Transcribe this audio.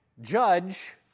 judge